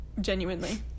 Genuinely